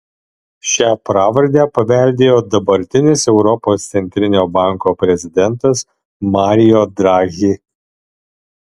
šią pravardę paveldėjo dabartinis europos centrinio banko prezidentas mario draghi